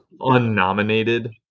unnominated